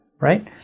right